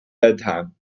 bedtime